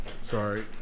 sorry